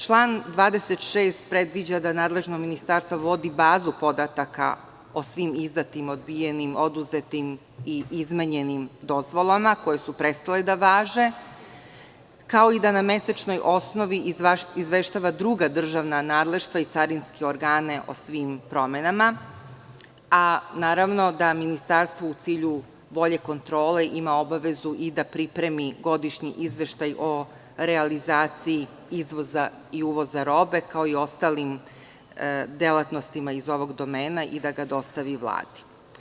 Član 26. predviđa da nadležno ministarstvo vodi bazu podataka o svim izdatim, odbijenim, oduzetim i izmenjenim dozvolama koje su prestale da važe, kao i da na mesečnoj osnovi izveštava druga državna nadleštva i carinske organe o svim pravilima, a naravno da ministarstvo, u cilju bolje kontrole, ima obavezu i da pripremi godišnji izveštaj o realizaciji izvoza i uvoza robe, kao i ostalim delatnostima iz ovog domena i da ga dostavi Vladi.